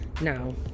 Now